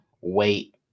wait